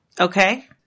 Okay